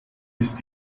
ist